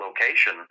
location